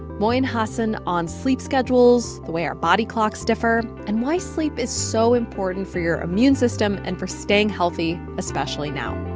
moin hassan on sleep schedules, the way our body clocks differ and why sleep is so important for your immune system and for staying healthy, especially now